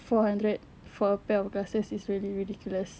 four hundred for a pair of glasses is really ridiculous